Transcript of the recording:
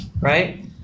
right